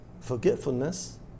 forgetfulness